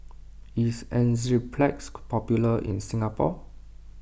is Enzyplex popular in Singapore